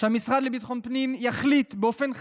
שהמשרד לביטחון הפנים יחליט באופן חד-צדדי,